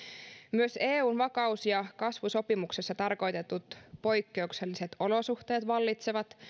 kehysrajoitetta myös eun vakaus ja kasvusopimuksessa tarkoitetut poikkeukselliset olosuhteet vallitsevat